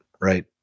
right